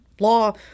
law